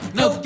no